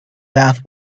bath